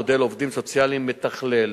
מודל עובדים סוציאליים מתכלל".